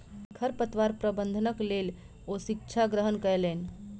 खरपतवार प्रबंधनक लेल ओ शिक्षा ग्रहण कयलैन